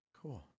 Cool